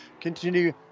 continue